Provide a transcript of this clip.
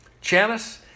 Janice